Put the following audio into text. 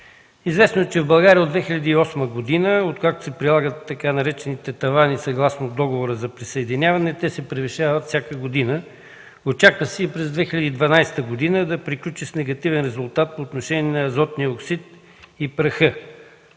Известно е, че в България от 2008 г., откакто се прилагат така наречените „тавани” съгласно Договора за присъединяване, те се превишават всяка година. Очаква се и 2012 г. да приключи с негативен резултат по отношение на азотния оксид и праха.